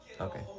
Okay